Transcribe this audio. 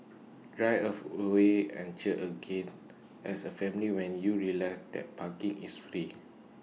drive of away and cheer again as A family when you realise that parking is free